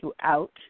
throughout